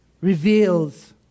reveals